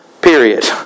period